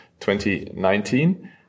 2019